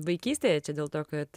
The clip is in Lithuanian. vaikystėje čia dėl to kad